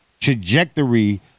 Trajectory